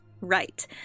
Right